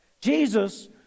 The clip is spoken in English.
Jesus